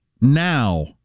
now